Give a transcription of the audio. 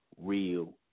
real